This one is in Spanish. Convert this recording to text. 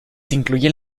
incluyen